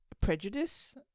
prejudice